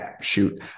shoot